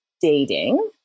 dating